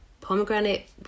pomegranate